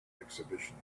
exhibition